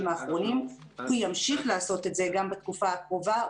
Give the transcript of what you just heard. האחרונים וימשיך לעשות את זה גם בתקופה הקרובה.